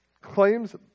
claims